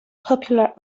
popular